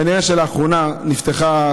כנראה שלאחרונה נפתחה,